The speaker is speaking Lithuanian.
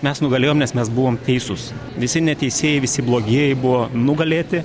mes nugalėjom nes mes buvom teisūs visi neteisieji visi blogieji buvo nugalėti